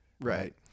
Right